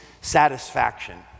satisfaction